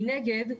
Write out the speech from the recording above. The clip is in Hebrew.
מנגד,